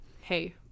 hey